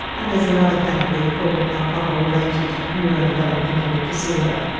and there's another category called alcohol related neuro-developmental disorder.